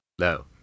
No